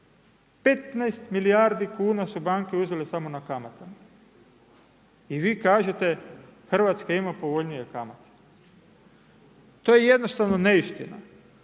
15 milijardi kuna su banke uzele samo na kamatama. I vi kažete Hrvatska ima povoljnije kamate. To je jednostavno neistina,